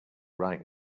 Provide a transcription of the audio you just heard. right